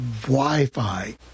Wi-Fi